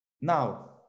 Now